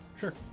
Sure